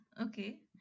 okay